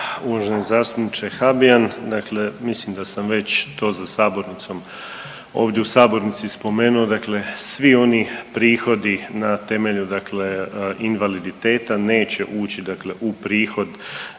uvaženi zastupniče Habijan, dakle mislim da sam već to za sabornicom, ovdje u sabornici spomenuo, dakle svi oni prihodi na temelju dakle invaliditeta neće ući dakle u prihod